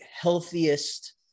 healthiest